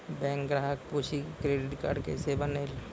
Bank ग्राहक पुछी की क्रेडिट कार्ड केसे बनेल?